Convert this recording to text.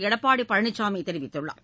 எடப்பாடி பழனிசாமி தெரிவித்துள்ளார்